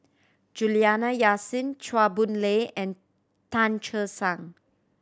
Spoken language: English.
Juliana Yasin Chua Boon Lay and Tan Che Sang